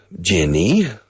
Jenny